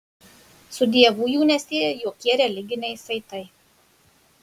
su dievu jų nesieja jokie religiniai saitai